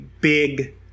big